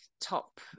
top